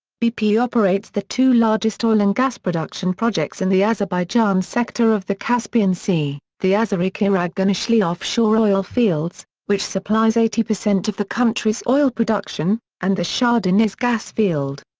bp operates the two largest oil and gas production projects in the azerbaijan's sector of the caspian sea, the azeri-chirag-guneshli offshore oil fields, which supplies eighty percent of the country's oil production, and the shah deniz gas field.